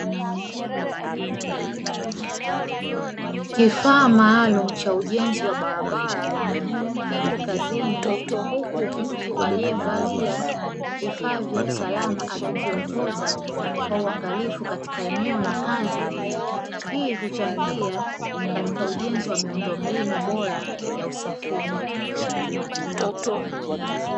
Kifaa maalumu cha ujenzi wa barabara kipo kazini huku mtu aliyevalia vifaa vya usalama akikiongoza kwa uangalifu, katika eneo la kazi hii uchangia katika ujenzi wa miundo mbinu bora ya usafiri.